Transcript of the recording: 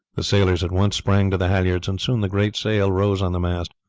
the sailors at once sprang to the halliards, and soon the great sail rose on the mast.